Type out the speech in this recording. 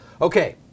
Okay